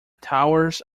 towers